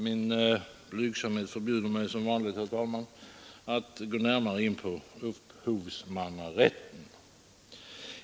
Min blygsamhet förbjuder mig som vanligt, herr talman, att gå närmare in på upphovsmannarätten.